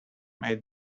may